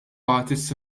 artists